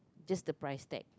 just the price tag